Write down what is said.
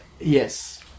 Yes